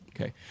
Okay